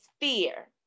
fear